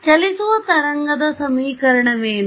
ಚಲಿಸುವ ತರಂಗದ ಸಮೀಕರಣವೇನು